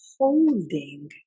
holding